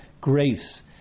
grace